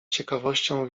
ciekawością